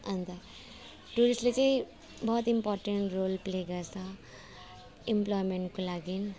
अन्त टुरिस्टले चाहिँ बहुत इम्पोर्टेन्ट रोल प्ले गर्छ इम्प्लोइमेन्टको लागि